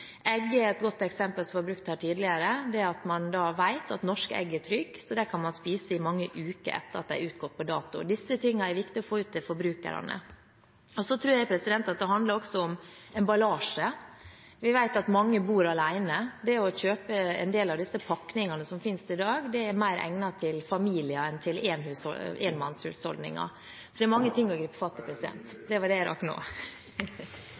et godt eksempel som ble brukt her tidligere, det at man vet at norske egg er trygge, så de kan man spise i mange uker etter at de er utgått på dato. Disse tingene er viktig å få ut til forbrukerne. Jeg tror også at det handler om emballasje. Vi vet at mange bor alene. En del av disse pakningene som finnes i dag, er mer egnet til familier enn til enmannshusholdninger , så det er mange ting å gripe fatt i. Det var det jeg rakk nå.